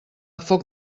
foc